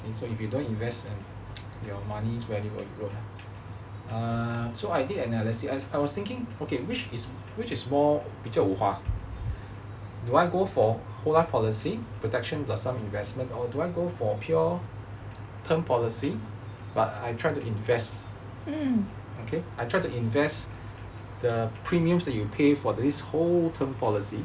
so if you don't invest your money the value is gonna drop uh so I did analysis as I was thinking okay which is which is more 比较有划 do I go for whole life policy protection plus some investment or do I go for pure term policy but I try to invest okay I tried to invest the premiums that you pay for this whole term policy